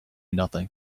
nothing